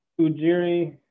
Ujiri